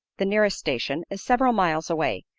the nearest station, is several miles away,